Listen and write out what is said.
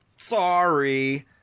Sorry